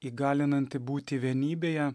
įgalinanti būti vienybėje